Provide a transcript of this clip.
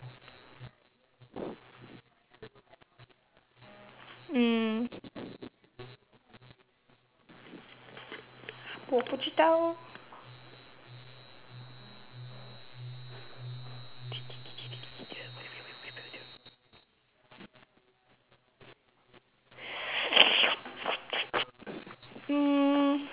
mm 我不知道